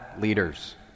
leaders